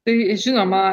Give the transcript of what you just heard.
tai žinoma